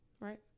right